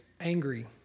angry